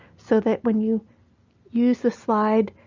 so that when you use the slide.